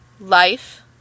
life